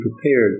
prepared